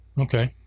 okay